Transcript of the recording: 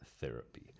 therapy